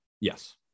yes